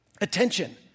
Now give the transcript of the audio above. attention